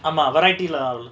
ஆமா:aama variety lah